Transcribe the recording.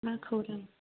मा खौरां